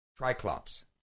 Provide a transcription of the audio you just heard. Triclops